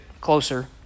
closer